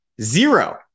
zero